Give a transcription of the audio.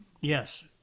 Yes